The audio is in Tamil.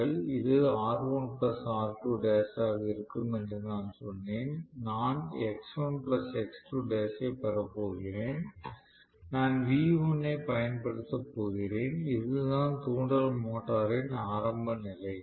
இது R1R2l ஆக இருக்கும் என்று நான் சொன்னேன் நான் X1X2l ஐப் பெறப் போகிறேன் நான் V1 ஐப் பயன்படுத்தப் போகிறேன் இதுதான் தூண்டல் மோட்டரின் ஆரம்ப நிலை